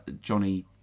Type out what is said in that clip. Johnny